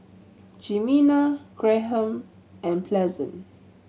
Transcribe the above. Jimena Graham and Pleasant